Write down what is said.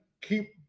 Keep